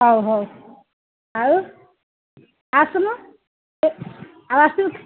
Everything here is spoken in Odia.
ହଉ ହଉ ଆଉ ଆସୁନୁ ଆଉ ଆସ